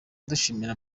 dushimira